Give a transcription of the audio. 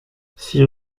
six